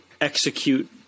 execute